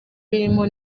birimo